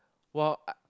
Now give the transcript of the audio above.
while UH